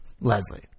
Leslie